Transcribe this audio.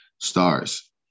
Stars